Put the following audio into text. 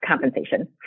compensation